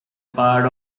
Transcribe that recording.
part